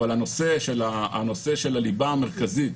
אבל הנושא של הליבה המרכזית,